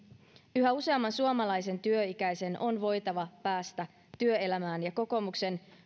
yhä useamman suomalaisen työikäisen on voitava päästä työelämään ja kokoomuksen